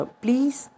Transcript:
please